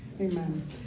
Amen